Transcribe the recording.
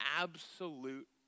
absolute